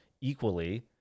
equally